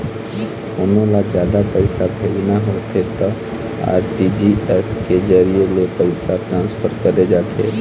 कोनो ल जादा पइसा भेजना होथे तभे आर.टी.जी.एस के जरिए ले पइसा ट्रांसफर करे जाथे